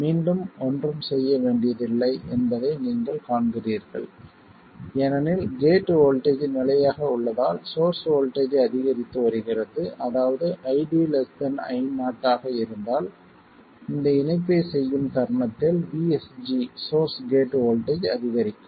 மீண்டும் ஒன்றும் செய்ய வேண்டியதில்லை என்பதை நீங்கள் காண்கிறீர்கள் ஏனெனில் கேட் வோல்ட்டேஜ் நிலையாக உள்ளதால் சோர்ஸ் வோல்ட்டேஜ் அதிகரித்து வருகிறது அதாவது ID Io ஆக இருந்தால் இந்த இணைப்பைச் செய்யும் தருணத்தில் VSG சோர்ஸ் கேட் வோல்ட்டேஜ் அதிகரிக்கும்